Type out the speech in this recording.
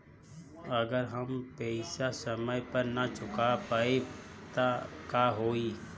अगर हम पेईसा समय पर ना चुका पाईब त का होई?